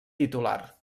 titular